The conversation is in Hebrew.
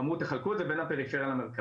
אמרו 'תחלקו את זה בין הפריפריה למרכז',